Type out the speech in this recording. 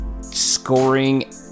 scoring